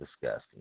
disgusting